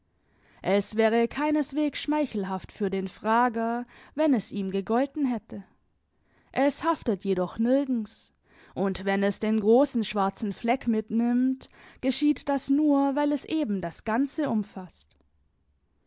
es wäre keineswegs schmeichelhaft für den frager wenn es ihm gegolten hätte es haftet jedoch nirgends und wenn es den großen schwarzen fleck mitnimmt geschieht das nur weil es eben das ganze umfaßt